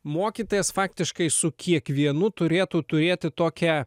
mokytojas faktiškai su kiekvienu turėtų turėti tokią